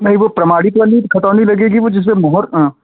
नहीं वो प्रमाणित वाली खतौनी लगेगी वो जिसमें मोहर